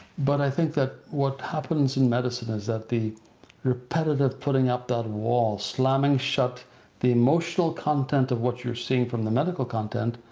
but i think that what happens in medicine is that the repetitive putting up that wall, slamming shut the emotional content of what you're seeing from the medical content,